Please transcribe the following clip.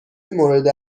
مورد